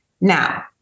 Now